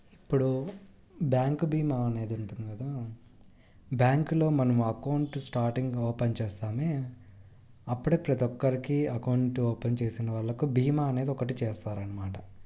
ఇప్పుడు బ్యాంక్ భీమా అనేది ఉంటుంది కదా బ్యాంకులో మనం అకౌంట్ స్టార్టింగ్ ఓపెన్ చేస్తామే అప్పుడే ప్రతీ ఒక్కరికి అకౌంట్ ఓపెన్ చేసిన వాళ్ళకు భీమా అనేది ఒకటి చేస్తారు అన్నమాట